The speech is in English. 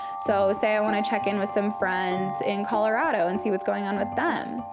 so say i wanna check in with some friends in colorado and see what's going on with them.